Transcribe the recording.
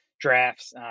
drafts